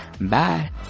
Bye